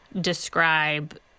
describe